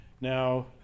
Now